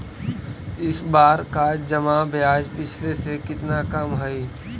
इस बार का जमा ब्याज पिछले से कितना कम हइ